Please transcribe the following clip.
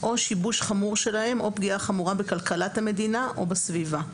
או שיבוש חמור שלהם או פגיעה חמורה בכלכלת המדינה או בסביבה".